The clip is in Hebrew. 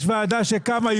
יש ועדה שקמה,